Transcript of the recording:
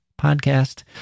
podcast